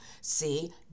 see